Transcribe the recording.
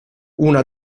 una